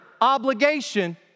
obligation